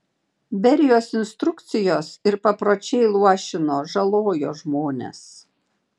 berijos instrukcijos ir papročiai luošino žalojo žmones